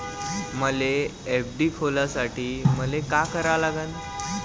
मले एफ.डी खोलासाठी मले का करा लागन?